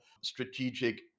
strategic